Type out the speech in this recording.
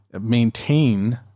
maintain